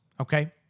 okay